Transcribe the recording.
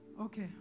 okay